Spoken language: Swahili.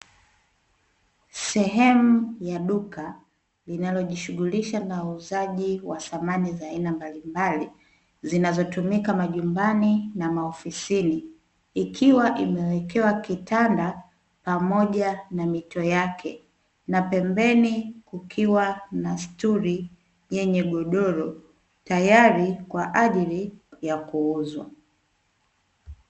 Sehemu ya duka linalijishungulisha na uuzaji wa samani za aina mbalimbali, zinazotumika majumbani na maofisini, ikiwa imewekewa kitanda pamoja na mito yake, na pembeni kukiwa na stuli yenye godoro tayari kwa ajili ya kuuzwa .